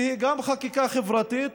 שהיא גם חקיקה חברתית